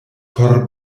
por